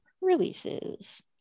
releases